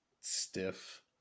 Stiff